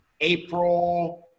April